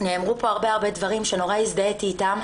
נאמרו פה רבה הרבה דברים שנורא הזדהיתי איתם,